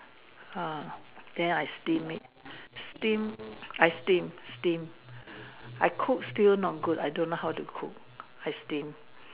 !wah! then I steam it steam I steam steam I cook still not good I don't know how to cook I steam